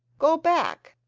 go back,